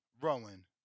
Rowan